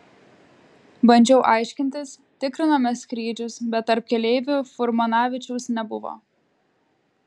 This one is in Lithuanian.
bandžiau aiškintis tikrinome skrydžius bet tarp keleivių furmanavičiaus nebuvo